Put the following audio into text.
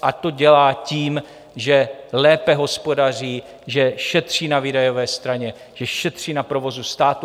A to dělá tím, že lépe hospodaří, že šetří na výdajové straně, že šetří na provozu státu.